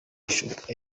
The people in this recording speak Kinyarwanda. bishop